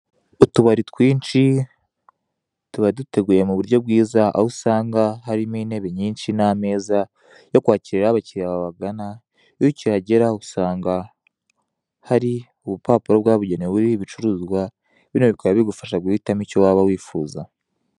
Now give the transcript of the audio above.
Utubari twinshi tubaduteguye mu buryo bwiza aho usanga harimo intebe nyinshi n'ameza yo kwakiriraho abakiriya babagana, iyo ukihagera usanga hari ubupapuro bwabugenewe ruriho ibicuruzwa bino bikaba bigufasha guhitamo icyo waba wifuza.